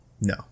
No